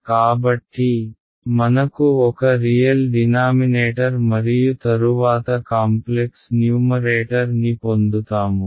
కాబట్టి మనకు ఒక రియల్ డినామినేటర్ మరియు తరువాత కాంప్లెక్స్ న్యూమరేటర్ ని పొందుతాము